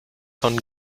von